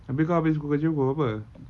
abeh kau habis kerja pukul berapa